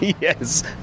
Yes